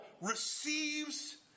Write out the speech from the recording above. receives